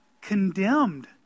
condemned